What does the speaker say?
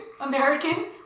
American